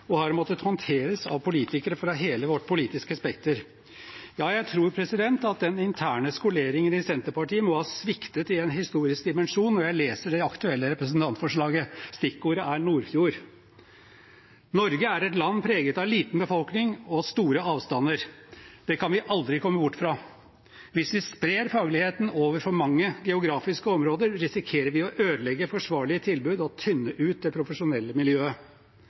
og har måttet håndteres av politikere fra hele vårt politiske spekter. Ja, jeg tror at den interne skoleringen i Senterpartiet må ha sviktet i en historisk dimensjon, når jeg leser det aktuelle representantforslaget. Stikkordet er Nordfjord. Norge er et land preget av liten befolkning og store avstander. Det kan vi aldri komme bort fra. Hvis vi sprer fagligheten over for mange geografiske områder, risikerer vi å ødelegge forsvarlige tilbud og tynne ut det profesjonelle miljøet.